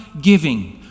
giving